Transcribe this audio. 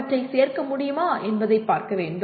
அவற்றைச் சேர்க்க முடியுமா என்பதை பார்க்கவேண்டும்